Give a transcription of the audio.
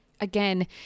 Again